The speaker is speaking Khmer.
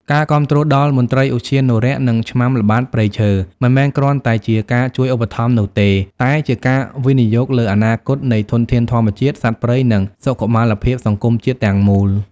ការគាំទ្រដល់មន្ត្រីឧទ្យានុរក្ស និងឆ្មាំល្បាតព្រៃឈើ មិនមែនគ្រាន់តែជាការជួយឧបត្ថម្ភនោះទេ តែជា ការវិនិយោគលើអនាគត នៃធនធានធម្មជាតិ សត្វព្រៃ និងសុខុមាលភាពសង្គមជាតិទាំងមូល។